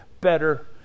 better